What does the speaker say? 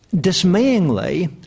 dismayingly